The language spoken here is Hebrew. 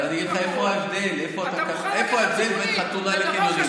אבל אני אגיד לך איפה ההבדל בין חתונה לקניונים.